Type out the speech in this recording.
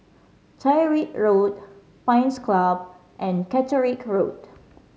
Tyrwhitt Road Pines Club and Catterick Road